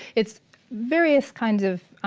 it's various kinds of